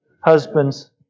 Husbands